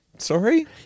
sorry